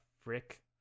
frick